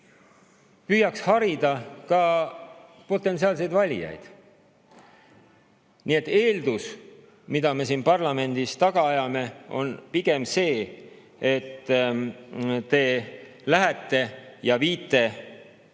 püüaks harida ka potentsiaalseid valijaid. Nii et eeldus, mida me siin parlamendis taga ajame, on pigem see, et te lähete ja viite niisugused